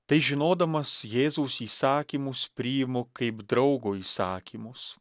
tai žinodamas jėzaus įsakymus priimu kaip draugo įsakymus